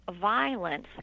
violence